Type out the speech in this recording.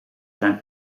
zijn